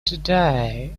today